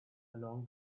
along